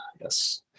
yes